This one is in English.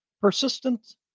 Persistent